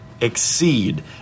exceed